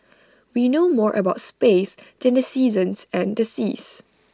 we know more about space than the seasons and the seas